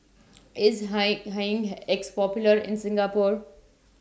IS Hi Hygin X Popular in Singapore